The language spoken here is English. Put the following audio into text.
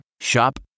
Shop